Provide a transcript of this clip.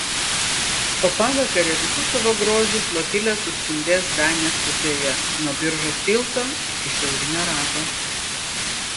o pavakare visu savo grožiu flotilė suspindės danės upėje nuo biržos tilto iki šiaurinio rago